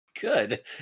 good